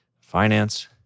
finance